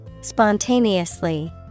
Spontaneously